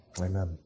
Amen